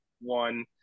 one